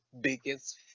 biggest